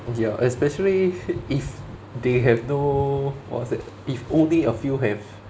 ya especially if they have no what's that if only a few have